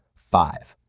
five.